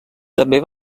també